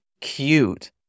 cute